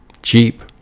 cheap